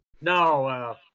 No